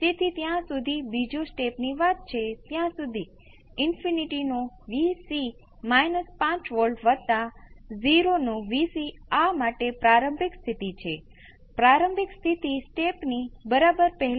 તેથી જ્યારે તમે ડેલ્ટાની લિમિટ 0 પર લઈ જાવ છો તો આ તમામ પદ જેમાં ડેલ્ટા 1 કરતાં વધારે એક્સપોનેનશીયલ ધરાવે છે તે 0 પર જશે અને તે ફક્ત આ t R C સાથે જ બાકી રહેશે